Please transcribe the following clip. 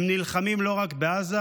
הם נלחמים לא רק בעזה,